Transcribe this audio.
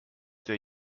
der